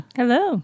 hello